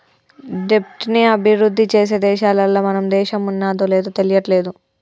దెబ్ట్ ని అభిరుద్ధి చేసే దేశాలల్ల మన దేశం ఉన్నాదో లేదు తెలియట్లేదు